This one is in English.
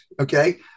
Okay